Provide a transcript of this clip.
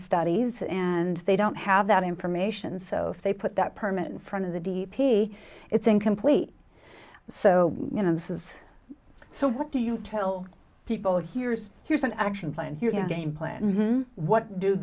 studies and they don't have that information so they put that permit in front of the d p it's incomplete so you know this is so what do you tell people here's here's an action plan game plan what do